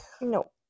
No